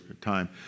time